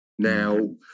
now